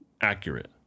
accurate